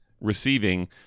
receiving